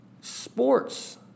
sports